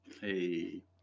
Hey